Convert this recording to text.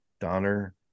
Donner